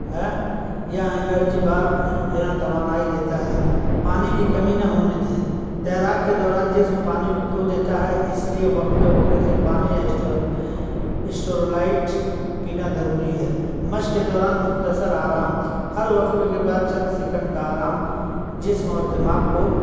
ہے یا energy bar لینا توانائی دیتا ہے پانی کی کمی نہ ہونے دیں تیراک کے دوران جسم پانی کو کھو دیتا ہے اس لیے وقفے وقفے سے پانی یا اسٹور اسٹورلائٹ پینا ضروری ہے مشق کے دوران مختصر آرام ہر وقفے کے بعد چند سیکنڈ کا آرام جسم اور دماغ کو